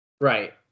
Right